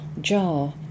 jar